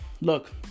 look